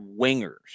wingers